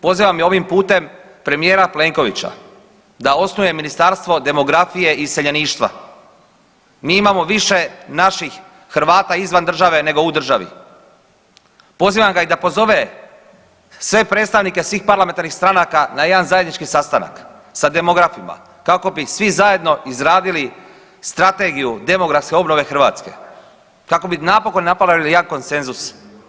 Pozivam i ovim putem premijera Plenkovića da osnuje ministarstvo demografije i iseljeništva, mi imamo više naših Hrvata izvan države nego u državi, pozivam ga i da pozove sve predstavnike svih parlamentarnih stranaka na jedan zajednički sastanak sa demografima kako bi svi zajedno izradili strategiju demografske obnove Hrvatske, kako bi napokon napravili jedan konsenzus.